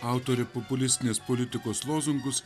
autorė populistinės politikos lozungus